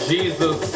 Jesus